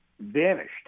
vanished